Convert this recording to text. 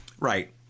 Right